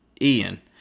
Ian